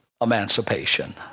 emancipation